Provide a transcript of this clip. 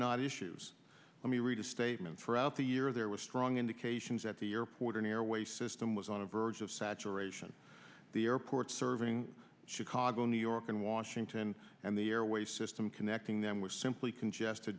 not issues let me read a statement for out the year there was strong indications that the airport an airway system was on the verge of saturation the airports serving chicago new york and washington and the airways system connecting them were simply congested